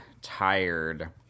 tired